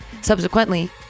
Subsequently